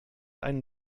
einen